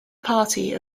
party